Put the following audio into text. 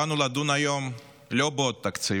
באנו לדון היום לא בעוד תקציב,